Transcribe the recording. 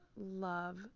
love